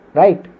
right